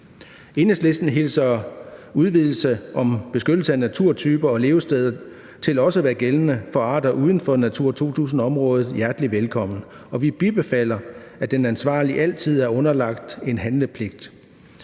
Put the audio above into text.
Enhedslisten hilser udvidelse om beskyttelse af naturtyper og levesteder til også at være gældende for arter uden for Natura 2000-området hjertelig velkommen, og vi bifalder, at den ansvarlige altid er underlagt en handlepligt.